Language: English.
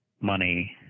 money